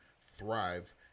thrive